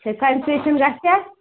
concession گَژھا